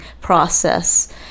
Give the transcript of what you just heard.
process